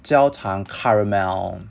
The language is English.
焦糖 caramel